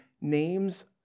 names